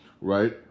right